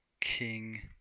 king